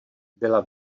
byla